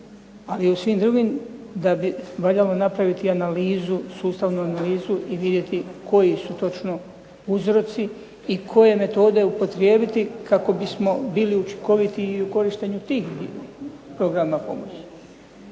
i u svim drugim da bi valjalo napraviti analizu, sustavnu analizu i vidjeti koji su točno uzroci i koje metode upotrijebiti kako bismo bili učinkovitiji i u korištenju tih programa pomoći.